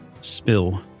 spill